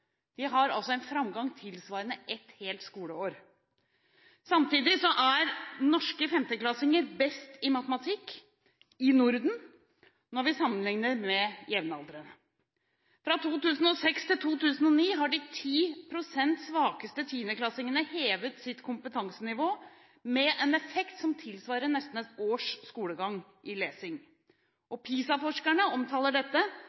har altså en framgang tilsvarende et helt skoleår. Samtidig er norske femteklassinger best i matematikk i Norden når vi sammenligner med jevnaldrende. Fra 2006 til 2009 har de 10 pst. svakeste tiendeklassingene hevet sitt kompetansenivå med en effekt som tilsvarer nesten ett års skolegang i lesing. PISA-forskerne omtaler dette